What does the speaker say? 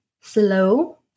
Slow